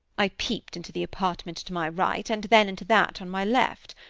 i peeped into the apartment to my right, and then into that on my left.